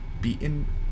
beaten